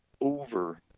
over